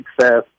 success